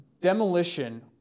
Demolition